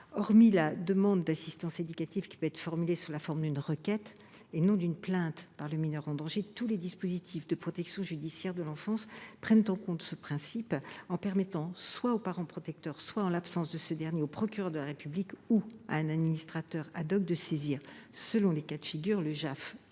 Hormis la demande d’assistance éducative, qui peut prendre la forme d’une requête, et non d’une plainte, émise par le mineur en danger, tous les dispositifs de protection judiciaire de l’enfance respectent ce principe. Il revient soit au parent protecteur, soit, en l’absence de ce dernier, au procureur de la République ou à un administrateur, de saisir, selon les cas de figure, le juge